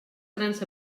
grans